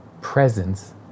presence